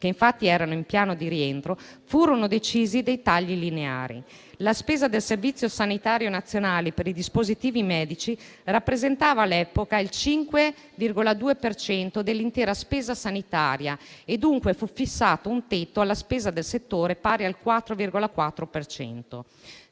che infatti erano in piano di rientro, furono decisi dei tagli lineari. La spesa del Servizio sanitario nazionale per i dispositivi medici rappresentava all'epoca il 5,2 per cento dell'intera spesa sanitaria e dunque fu fissato un tetto alla spesa del settore, pari al 4,4